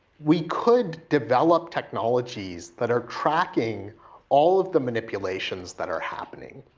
we could develop technologies that are tracking all of the manipulations that are happening.